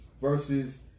Versus